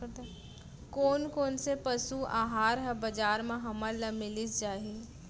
कोन कोन से पसु आहार ह बजार म हमन ल मिलिस जाही?